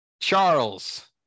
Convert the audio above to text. Charles